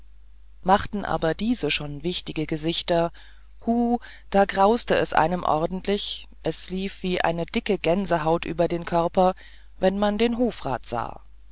machten aber diese schon wichtige gesichter hu da grauste einem ordentlich es lief wie eine dicke gänsehaut über den körper wenn man den hofrat sah